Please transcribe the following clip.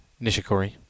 Nishikori